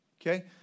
okay